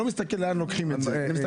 לא, זאת